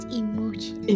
emotion